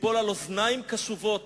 תיפול על אוזניים קשובות